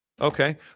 Okay